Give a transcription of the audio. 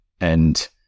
and-